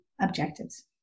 objectives